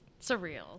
surreal